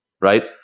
right